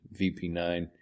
vp9